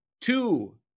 Two